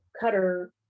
cutter